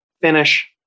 finish